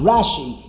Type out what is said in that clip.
Rashi